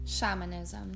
Shamanism